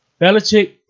Belichick